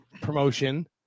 Promotion